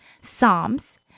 Psalms